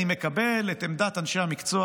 אני מקבל את עמדת אנשי המקצוע,